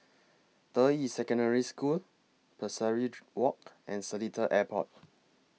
Deyi Secondary School Pesari Walk and Seletar Airport